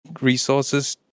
resources